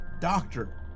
doctor